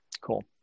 Cool